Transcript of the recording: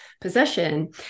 possession